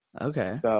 Okay